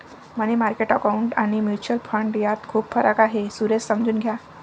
मनी market account आणि mutual fund यात खूप फरक आहे, सुरेश समजून घ्या